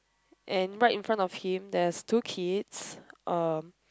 and right in front of him there is two kids uh